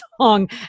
song